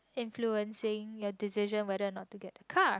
influencing your decision whether not to get a car